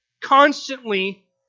constantly